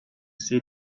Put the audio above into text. see